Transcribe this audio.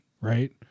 right